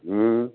हम्म